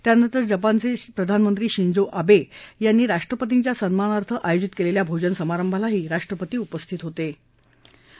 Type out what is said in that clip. त्यानंतर जपानचे प्रधानमंत्री शिंझो अवे यांनी राष्ट्रपतींच्या सन्मानार्थ आयोजित केलेल्या भोजन समारंभालाही राष्ट्रपती उपस्थित राहिले